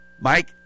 Mike